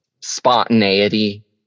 spontaneity